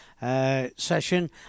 session